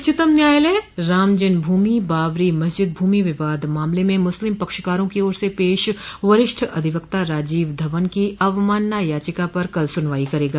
उच्चतम न्यायालय राम जन्म भूमि बाबरी मस्जिद भूमि विवाद मामले में मुस्लिम पक्षकारों की ओर से पेश वरिष्ठ अधिवक्ता राजीव धवन की अवमानना याचिका पर कल सुनवाई करेगा